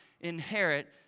inherit